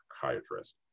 psychiatrist